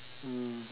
mm